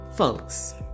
Folks